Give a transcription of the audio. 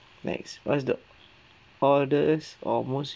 next what is the oddest or most